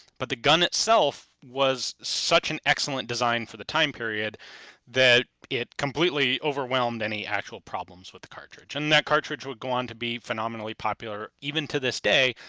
but the gun itself was such an excellent design for the time period that it completely overwhelmed any actual problems with the cartridge. and that cartridge would go on to be phenomenally popular even to this day,